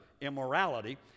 immorality